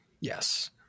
Yes